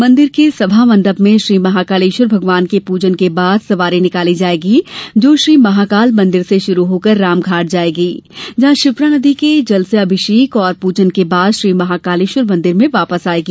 मंदिर के समामण्डप में श्री महाकालेश्वर भगवान के पूजन के बाद सवारी निकाली जाएगी जो श्री महाकाल मंदिर से शुरू होकर रामघाट जायेगी जहां क्षिप्रा नदी के जल से अभिषेक और पूजन के बाद श्री महाकालेश्वर मंदिर में वापस आएगी